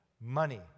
Money